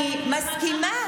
אני מסכימה.